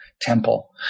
temple